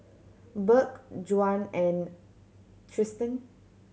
Burk Juan and Tristen